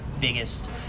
biggest